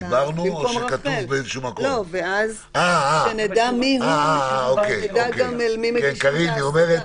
במקום רח"ל וכשנדע מיהו נדע גם אל מי מגישים את ההשגה.